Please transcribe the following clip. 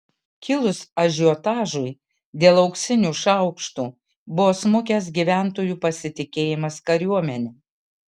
kilus ažiotažui dėl auksinių šaukštų buvo smukęs gyventojų pasitikėjimas kariuomene